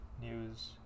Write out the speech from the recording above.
news